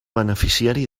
beneficiari